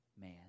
man